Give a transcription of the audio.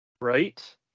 right